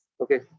okay